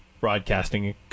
broadcasting